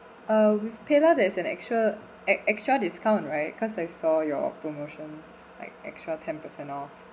uh with paylah there's an actual ex~ extra discount right cause I saw your promotions like extra ten percent off